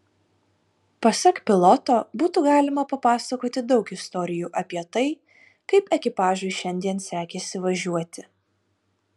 pasak piloto būtų galima papasakoti daug istorijų apie tai kaip ekipažui šiandien sekėsi važiuoti